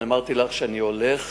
אמרתי לך שאני הולך